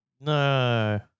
No